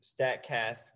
Statcast